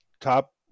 top